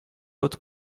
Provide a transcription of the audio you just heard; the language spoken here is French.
haute